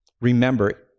remember